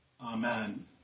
Amen